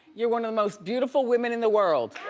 you're one of the most beautiful women in the world.